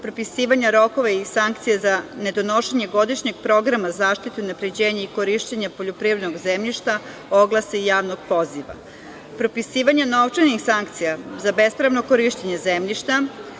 propisivanje rokova i sankcija za nedonošenje godišnjeg programa za zaštitu i unapređenje i korišćenje poljoprivrednog zemljišta oglase i javnog poziva, propisivanje novčanih sankcija za bespravno korišćenje zemljišta,